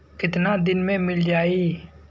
कितना दिन में मील जाई?